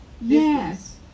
Yes